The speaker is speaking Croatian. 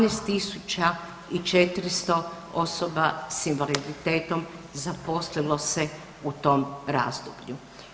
12 400 osoba sa invaliditetom zaposlilo se u tom razdoblju.